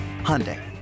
Hyundai